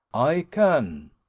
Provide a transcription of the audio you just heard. i can,